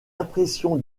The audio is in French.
impression